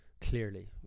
clearly